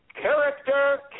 Character